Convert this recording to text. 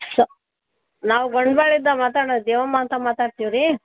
ಶೊ ನಾವು ಗೊಂಡಬಾಳಿಂದ ಮಾತಾಡೋದು ದೇವಮ್ಮ ಅಂತ ಮಾತಾಡ್ತೀವಿ ರೀ